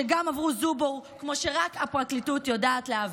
שגם עברו זובור כמו שרק הפרקליטות יודעת להעביר.